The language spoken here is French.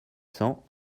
cents